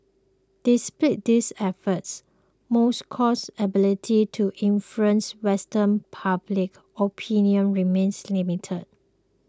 despite these efforts Moscow's ability to influence Western public opinion remains limited